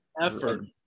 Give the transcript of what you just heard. Effort